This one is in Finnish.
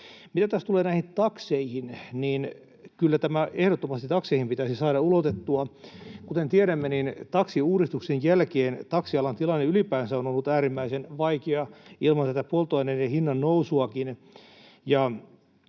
Mitä taas tulee takseihin, niin kyllä tämä ehdottomasti takseihin pitäisi saada ulotettua. Kuten tiedämme, taksiuudistuksen jälkeen taksialan tilanne ylipäänsä on ollut äärimmäisen vaikea, ilman tätä polttoaineiden hinnannousuakin.